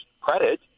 credit